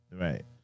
right